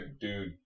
dude